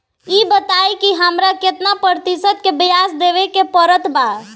ई बताई की हमरा केतना प्रतिशत के ब्याज देवे के पड़त बा?